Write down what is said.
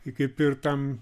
kaip ir tam